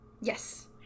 Yes